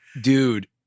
Dude